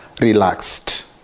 relaxed